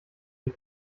die